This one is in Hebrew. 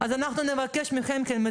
איפה הם יהיו, איך הם